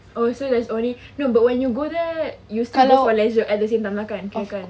oh there's only no when you go there you still go for leisure at the same time lah kan